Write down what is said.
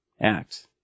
act